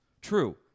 True